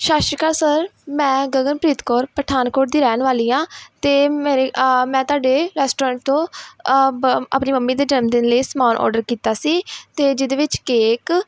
ਸਤਿ ਸ਼੍ਰੀ ਅਕਾਲ ਸਰ ਮੈਂ ਗਗਨਪ੍ਰੀਤ ਕੌਰ ਪਠਾਨਕੋਟ ਦੀ ਰਹਿਣ ਵਾਲੀ ਹਾਂ ਅਤੇ ਮੇਰੇ ਮੈਂ ਤੁਹਾਡੇ ਰੈਸਟੋਰੈਂਟ ਤੋਂ ਆਪਣੀ ਮੰਮੀ ਦੇ ਜਨਮਦਿਨ ਲਈ ਸਮਾਨ ਔਡਰ ਕੀਤਾ ਸੀ ਅਤੇ ਜਿਹਦੇ ਵਿੱਚ ਕੇਕ